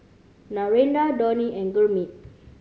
Narendra Dhoni and Gurmeet